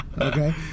Okay